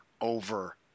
over